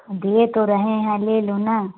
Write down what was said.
अब दे तो रहें हैं ले लो ना